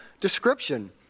description